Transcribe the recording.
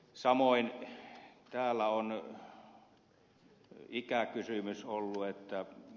samoin täällä on ikäkysymys ollut esillä